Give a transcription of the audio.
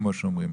כמו שאומרים.